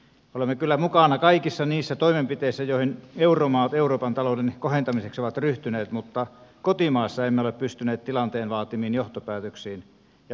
olemme kyllä mukana kaikissa niissä toimenpiteissä joihin euromaat euroopan talouden kohentamiseksi ovat ryhtyneet mutta kotimaassa emme ole pystyneet tilanteen vaatimiin johtopäätöksiin ja toimenpiteisiin